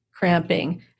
cramping